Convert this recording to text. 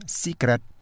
secret